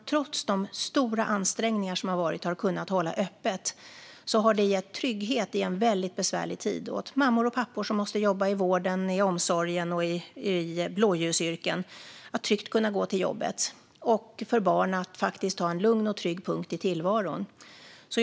Trots det ansträngda läget har förskolan kunnat hålla öppet. I en väldigt besvärlig tid för mammor och pappor som måste jobba i vården, omsorgen och blåljusyrken kan de tryggt gå till jobbet, och barnen får en lugn och trygg punkt i tillvaron. Herr talman!